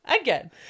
again